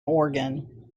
organ